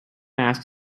asked